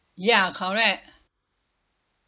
ya correct